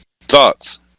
Thoughts